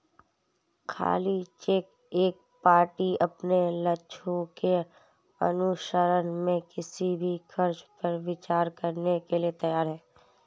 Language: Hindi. खाली चेक एक पार्टी अपने लक्ष्यों के अनुसरण में किसी भी खर्च पर विचार करने के लिए तैयार है